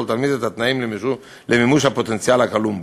תלמיד את התנאים למימוש הפוטנציאל הגלום בו.